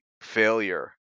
failure